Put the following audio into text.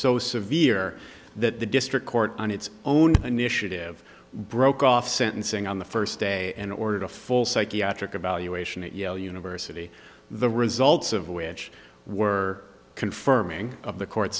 so severe that the district court on its own initiative broke off sentencing on the first day and ordered a full psychiatric evaluation at yale university the results of which were confirming of the court